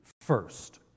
first